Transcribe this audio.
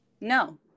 No